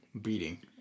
beating